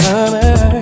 Summer